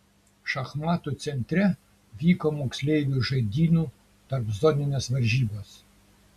šachmatų centre vyko moksleivių žaidynių tarpzoninės varžybos